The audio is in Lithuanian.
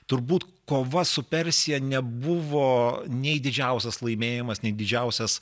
turbūt kova su persija nebuvo nei didžiausias laimėjimas nei didžiausias